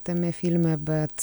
tame filme bet